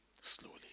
slowly